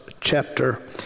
chapter